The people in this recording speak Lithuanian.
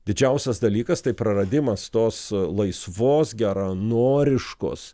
didžiausias dalykas tai praradimas tos laisvos geranoriškos